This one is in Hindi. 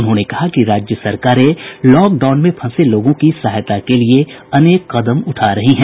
उन्होंने कहा कि राज्य सरकारें लॉकडाउन में फंसे लोगों की सहायता के लिए अनेक कदम उठा रही हैं